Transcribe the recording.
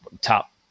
top